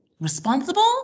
responsible